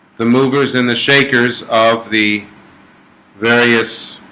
the movers and the shakers of the various